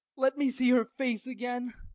let me see her face again.